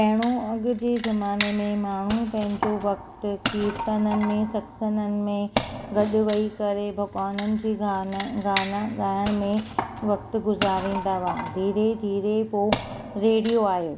पहिरियों अॼु जे ज़माने में माण्हू पंहिंजो वक़्ति कीर्तननि में सत्संगनि में गॾु वेही करे भॻवाननि जी गाना गाना ॻाइण में वक़्ति गुज़ारींदा हुआ धीरे धीरे पोइ रेडियो आयो